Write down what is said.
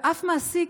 ואף מעסיק,